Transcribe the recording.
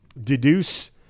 deduce